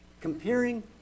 Comparing